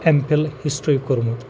M Phil history کوٚرمُت